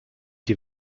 die